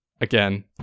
again